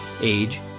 age